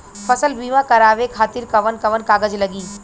फसल बीमा करावे खातिर कवन कवन कागज लगी?